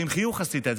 ועם חיוך עשית את זה,